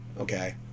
okay